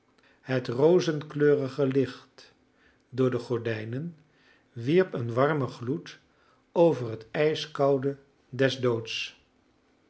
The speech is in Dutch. het rozekleurige licht door de gordijnen wierp een warmen gloed over het ijskoude